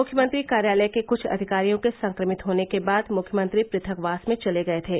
मुख्यमंत्री कार्यालय के कुछ अधिकारियों के संक्रमित होने के बाद मुख्यमंत्री प्रथकवास में चले गए थे